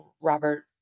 Robert